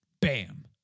Bam